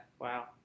wow